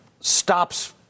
stops